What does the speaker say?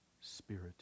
spirit